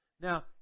now